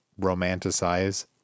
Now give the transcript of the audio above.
romanticize